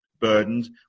burdened